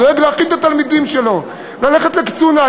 דואג להכין את התלמידים שלו ללכת לקצונה,